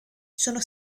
sono